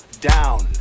down